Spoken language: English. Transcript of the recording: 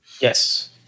Yes